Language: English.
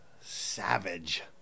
savage